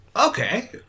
Okay